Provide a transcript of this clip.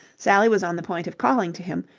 sally was on the point of calling to him,